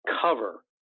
cover